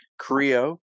Creo